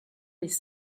les